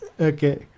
Okay